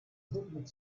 begegnet